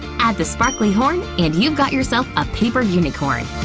add the sparkly horn and you've got yourself a paper unicorn!